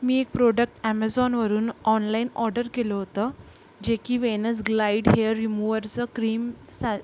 मी एक प्रोडक्ट ॲमेसॉनवरून online order केलं होतं जे की वेनस ग्लाईड हेअर रिमूवरचं क्रीम सा